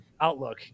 outlook